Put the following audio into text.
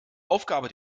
aufgabe